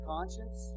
Conscience